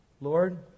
Lord